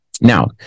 now